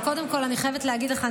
וקודם כול אני חייבת להגיד לך,